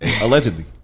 Allegedly